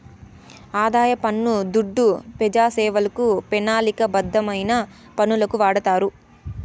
ఆదాయ పన్ను దుడ్డు పెజాసేవలకు, పెనాలిక బద్ధమైన పనులకు వాడతారు